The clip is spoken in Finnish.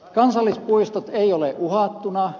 kansallispuistot eivät ole uhattuina